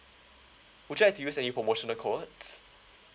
would you like to use any promotional codes